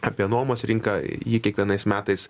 apie nuomos rinka ji kiekvienais metais